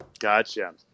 Gotcha